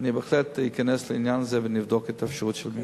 אני בהחלט אכנס לעניין הזה ונבדוק את האפשרות של מימון.